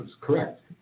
Correct